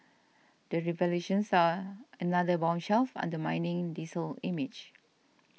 the revelations are another bombshell undermining diesel image